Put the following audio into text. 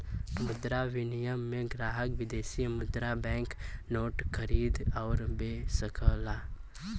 मुद्रा विनिमय में ग्राहक विदेशी मुद्रा बैंक नोट खरीद आउर बे सकलन